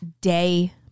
day